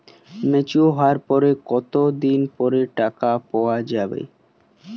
Mature হওয়ার কত দিন পর টাকা পেতে পারি?